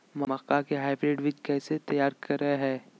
मक्का के हाइब्रिड बीज कैसे तैयार करय हैय?